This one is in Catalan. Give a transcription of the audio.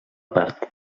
part